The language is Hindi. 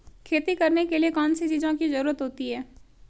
खेती करने के लिए कौनसी चीज़ों की ज़रूरत होती हैं?